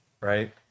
right